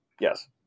Yes